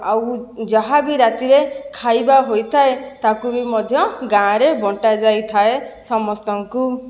ଆଉ ଯାହା ବି ରାତିରେ ଖାଇବା ହୋଇଥାଏ ତାକୁ ବି ମଧ୍ୟ ଗାଁରେ ବଣ୍ଟାଯାଇଥାଏ ସମସ୍ତଙ୍କୁ